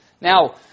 Now